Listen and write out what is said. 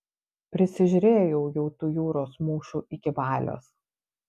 prisižiūrėjau jau tų jūros mūšų iki valios